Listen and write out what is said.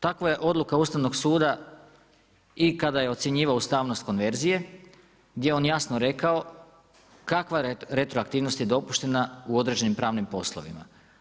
Takva je odluka Ustavnog suda i kada je ocjenjivao ustavnost konverzije, gdje je on jasno rekao kakva retroaktivnost je dopuštena u određenim pravnim poslovima.